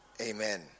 amen